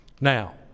Now